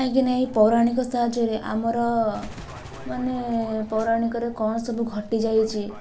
କାହିଁକି ନା ଏହି ପୌରାଣିକ ସାହାଯ୍ୟରେ ଆମର ମାନେ ପୌରାଣିକରେ କ'ଣ ସବୁ ଘଟିଯାଇଛି